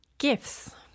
Gifts